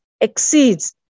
exceeds